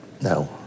No